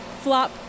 Flop